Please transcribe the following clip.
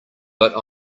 but